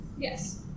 Yes